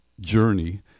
journey